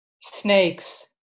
snakes